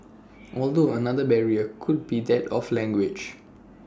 although another barrier could be that of language